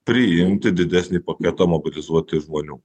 priimti didesnį paketą mobilizuoti žmonių